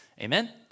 amen